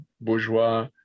bourgeois